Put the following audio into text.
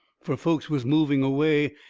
fur folks was moving away,